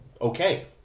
okay